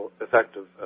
effective